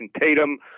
Tatum